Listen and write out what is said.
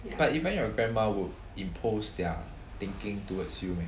but even your grandma would impose their thinking towards you meh